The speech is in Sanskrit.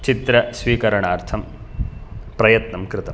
चित्र स्वीकरणार्थं प्रयन्तं कृतम्